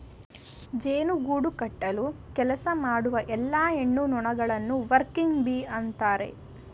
ಜೇನು ಗೂಡು ಕಟ್ಟಲು ಕೆಲಸ ಮಾಡುವ ಎಲ್ಲಾ ಹೆಣ್ಣು ಜೇನುನೊಣಗಳನ್ನು ವರ್ಕಿಂಗ್ ಬೀ ಅಂತರೆ